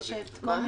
יש כל מי